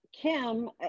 Kim